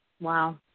Wow